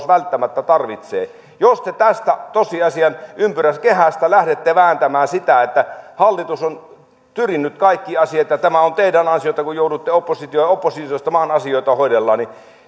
välttämättä tarvitsee jos te tästä tosiasian ympyrän kehästä lähdette vääntämään sitä että hallitus on tyrinyt kaikki asiat ja tämä on teidän ansiotanne kun joudutte oppositiosta maan asioita hoitamaan niin